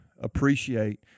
appreciate